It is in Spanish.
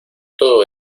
todo